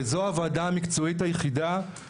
וזו הוועדה המקצועית היחידה